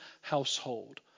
household